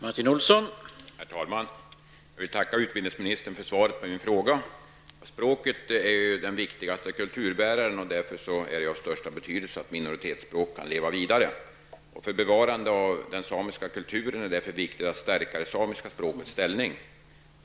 Herr talman! Jag vill tacka utbildningsministern för svaret på min fråga. Språket är ju den viktigaste kulturbäraren -- därför är det av största betydelse att minoritetsspråk kan leva vidare. För bevarande av den samiska kulturen är det därför viktigt att stärka det samiska språkets ställning.